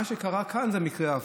מה שקרה כאן זה מקרה הפוך: